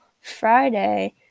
Friday